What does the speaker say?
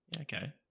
Okay